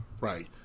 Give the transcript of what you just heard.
Right